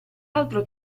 altro